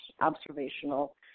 observational